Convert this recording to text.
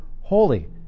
holy